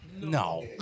No